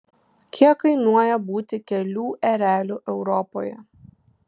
kiek kainuoja būti kelių ereliu europoje